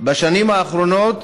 בשבועות האחרונים,